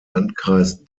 landkreis